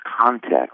context